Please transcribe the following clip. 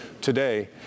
today